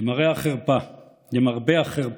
למרבה החרפה,